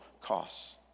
costs